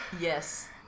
Yes